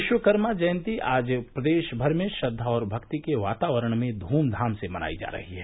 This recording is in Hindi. विश्वकर्मा जयंती आज प्रदेश भर में श्रद्वा और भक्ति के वातावरण में ध्रम्धाम से मनायी जा रही है